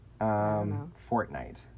Fortnite